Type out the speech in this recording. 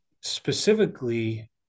Specifically